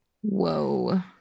whoa